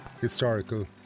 historical